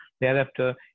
Thereafter